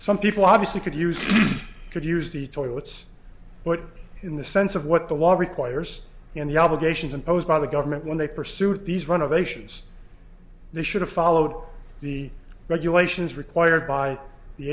some people obviously could use could use the toilets but in the sense of what the wall requires in the obligations imposed by the government when they pursued these renovations they should have followed the regulations required by the